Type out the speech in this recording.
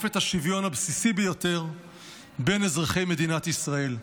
את השוויון הבסיסי ביותר בין אזרחי מדינת ישראל: